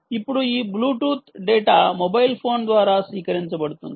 ఇప్పుడు ఈ Bluetooth data mobile phone ద్వారా స్వీకరించబడుతుంది